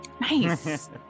Nice